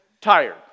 tired